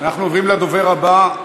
אנחנו עוברים לדובר הבא,